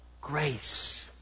Grace